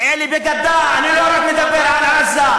אלה בגדה, אני לא מדבר רק על עזה.